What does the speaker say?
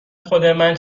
خودمن